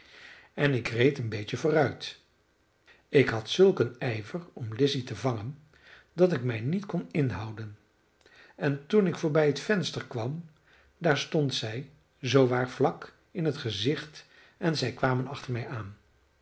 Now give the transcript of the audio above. en ik reed een beetje vooruit ik had zulk een ijver om lizzy te vangen dat ik mij niet kon inhouden en toen ik voorbij het venster kwam daar stond zij zoo waar vlak in het gezicht en zij kwamen achter mij aan